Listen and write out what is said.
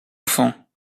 enfant